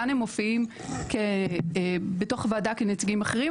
כאן הם מופיעים בתוך הוועדה כנציגים אחרים,